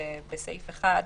בסעיף 1,